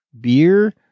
beer